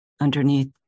underneath